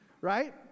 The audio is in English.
Right